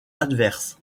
adverse